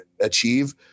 achieve